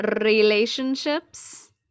relationships